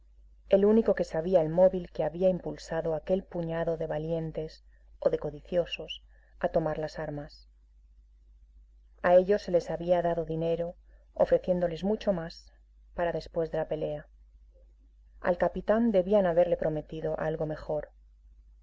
el único que sabía el móvil que había impulsado a aquel puñado de valientes o de codiciosos a tomar las armas a ellos se les había dado dinero ofreciéndoles mucho más para después de la pelea al capitán debían haberle prometido algo mejor